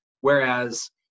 whereas